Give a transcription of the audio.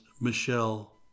Michelle